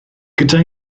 gyda